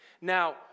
Now